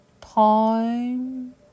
time